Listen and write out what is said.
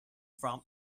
from